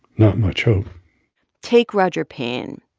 not much hope take roger payne.